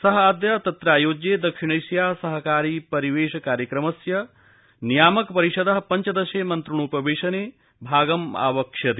सः अद्य तत्रायोज्ये दक्षिणैशिया सहकारि परिवेश कार्यक्रमस्य नियामक परिषदः पञ्चदशे मन्त्रणोप वेशने भागमावक्ष्यति